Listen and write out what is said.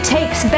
takes